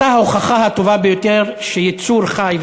אתה ההוכחה הטובה ביותר שיצור חי,